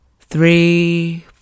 Three